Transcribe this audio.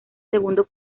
segundo